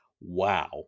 Wow